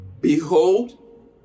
Behold